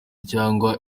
cyangwa